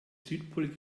südpol